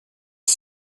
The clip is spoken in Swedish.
att